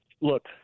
look